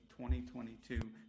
2022